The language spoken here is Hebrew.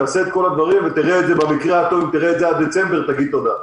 תעשה את כל הדברים ובמקרה הטוב אם תראה את זה עד דצמבר תגיד תודה.